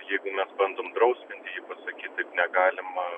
jeigu mes bandom drausminti jį pasakyti taip negalima